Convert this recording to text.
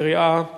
קריאה ראשונה.